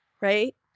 right